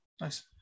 Nice